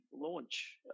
launch